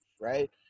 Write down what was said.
right